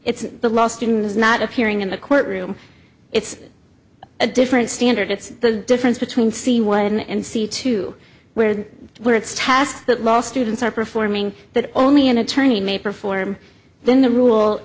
it's the law student is not appearing in the courtroom it's a different standard it's the difference between c one and c two where where it's tasks that law students are performing that only an attorney may perform then the rule